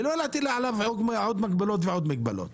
ולא להטיל עליו עוד ועוד מגבלות.